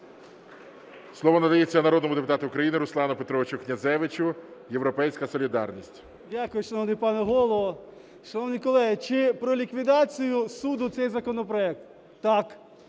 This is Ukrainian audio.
Слово надається народному депутату України Руслану Петровичу Князевичу, "Європейська солідарність". 16:54:14 КНЯЗЕВИЧ Р.П. Дякую, шановний пане Голово. Шановні колеги, чи про ліквідацію суду цей законопроект? Так.